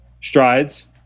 strides